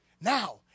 Now